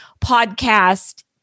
podcast